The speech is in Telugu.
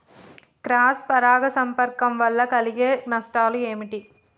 క్రాస్ పరాగ సంపర్కం వల్ల కలిగే నష్టాలు ఏమిటి?